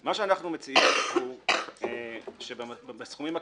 מה שאנחנו מציעים הוא שבסכומים הקטנים,